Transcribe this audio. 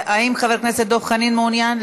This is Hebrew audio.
האם חבר הכנסת דב חנין מעוניין?